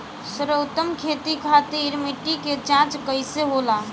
सर्वोत्तम खेती खातिर मिट्टी के जाँच कईसे होला?